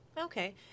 Okay